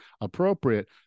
appropriate